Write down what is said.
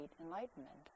enlightenment